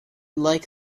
like